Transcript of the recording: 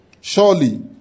Surely